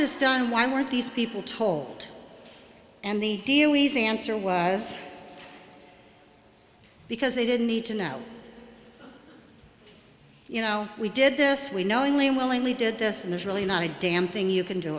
this done why weren't these people told and the deal easy answer was because they didn't need to know you know we did this we knowingly and willingly did this and there's really not a damn thing you can do